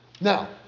Now